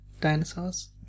dinosaurs